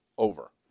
Over